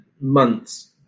months